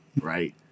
Right